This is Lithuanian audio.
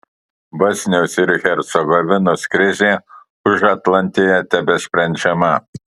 bosnijos ir hercegovinos krizė užatlantėje tebesprendžiama